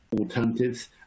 alternatives